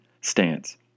stance